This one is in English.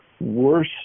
worse